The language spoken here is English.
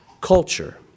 culture